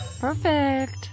Perfect